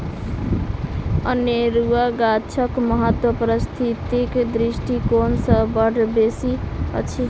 अनेरुआ गाछक महत्व पारिस्थितिक दृष्टिकोण सँ बड़ बेसी अछि